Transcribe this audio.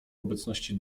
obecności